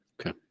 okay